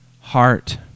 heart